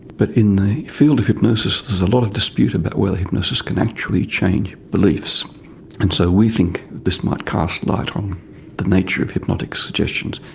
but in the field of hypnosis there's a lot of dispute about whether hypnosis can actually change beliefs and so we think this might cast light on the nature of hypnotic suggestions,